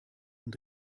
und